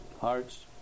hearts